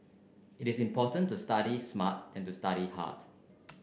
it is more important to study smart than to study hard